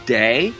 day